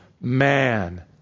man